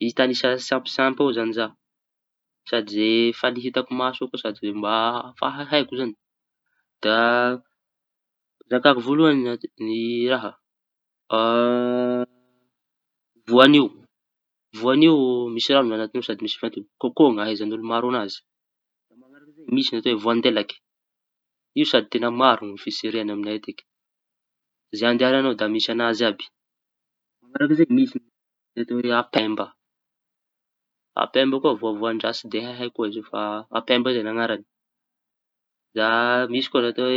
hitañisa tsy ampy tsy ampy eo zañy zaho sady zay efa ny hitako maso eo sady efa hahaiko. Da zakako voalohañy ny raha voañio misy raño añatiny ao sady misy voa, kôkô ahaiza olo maro anazy. Misy ny atao hoe voandelaky io sady teña maro fitsiriany amiñay atiky zay andehañanao da misy añazy àby. Apemba ampemba koa voavoandraha tsy dia haiko zay izy io fa ampemba koa ny anarañy. Da misy atao